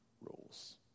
rules